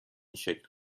شکل